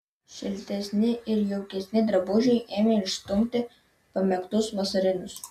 šiltesni ir jaukesni drabužiai ėmė išstumti pamėgtus vasarinius